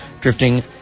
drifting